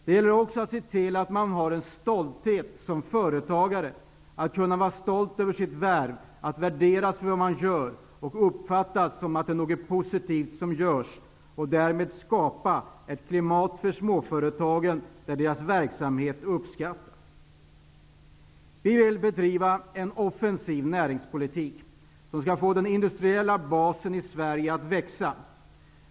Det gäller nu att känna stolthet som företagare, att kunna vara stolt över sitt värv, att värderas för det man gör och uppfatta att det är något positivt som görs. Därmed skapas ett klimat för småföretagen där deras verksamhet uppskattas. Vi vill bedriva en offensiv näringspolitik som skall få den industriella basen i Sverige att växa.